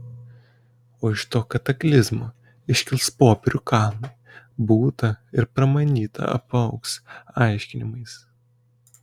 o iš to kataklizmo iškils popierių kalnai būta ir pramanyta apaugs aiškinimais